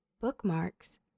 bookmarks